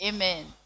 Amen